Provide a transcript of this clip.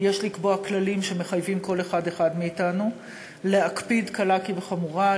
יש לקבוע כללים שמחייבים כל אחד ואחד מאתנו להקפיד על קלה כחמורה,